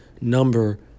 number